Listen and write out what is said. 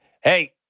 Hey